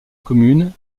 commune